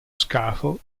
scafo